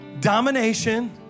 domination